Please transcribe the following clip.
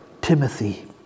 Timothy